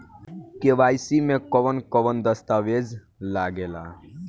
KYC में कवन कवन दस्तावेज लागे ला?